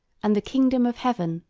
and the kingdom of heaven,